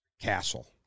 Castle